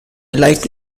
like